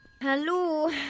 Hello